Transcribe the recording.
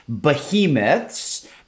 behemoths